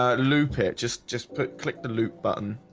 ah loop it just just put click the loop button